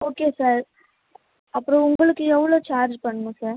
okay sir அப்புறம் உங்களுக்கு எவ்வளோ சார்ஜ் பண்ணணும் சார்